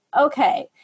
Okay